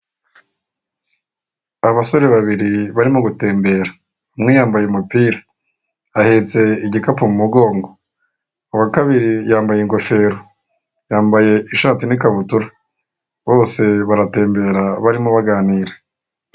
Abasore babiri barimo gutembera umwe yambaye umupira ahetse igikapu mu mugongo uwa kabiri yambaye ingofero yambaye ishati n'ikabutura bose baratembera barimo baganira.